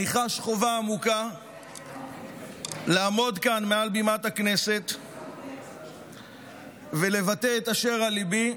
אני חש חובה עמוקה לעמוד כאן מעל בימת הכנסת ולבטא את אשר על ליבי,